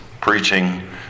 preaching